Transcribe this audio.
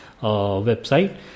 website